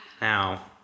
Now